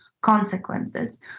consequences